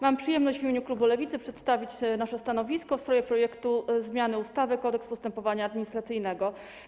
Mam przyjemność w imieniu klubu Lewicy przedstawić nasze stanowisko w sprawie projektu ustawy o zmianie ustawy - Kodeks postępowania administracyjnego.